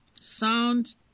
sound